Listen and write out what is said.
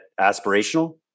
aspirational